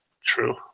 True